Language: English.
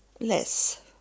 less